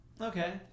Okay